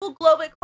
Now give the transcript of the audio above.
global